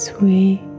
Sweet